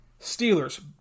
Steelers